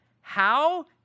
How